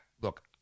look